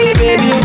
baby